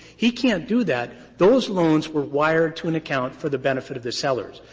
he can't do that. those loans were wired to an account for the benefit of the sellers.